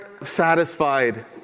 satisfied